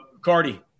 Cardi